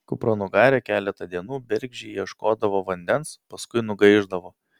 kupranugarė keletą dienų bergždžiai ieškodavo vandens paskui nugaišdavo